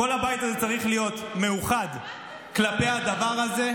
כל הבית הזה צריך להיות מאוחד כלפי הדבר הזה.